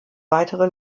weitere